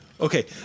Okay